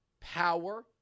power